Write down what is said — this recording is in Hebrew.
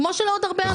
כמו בעוד הרבה ענפים.